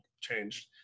changed